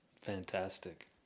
Fantastic